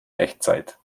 echtzeit